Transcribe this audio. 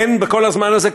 אין בכל הזמן הזה,